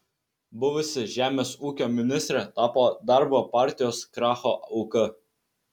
buvusi žemės ūkio ministrė tapo darbo partijos kracho auka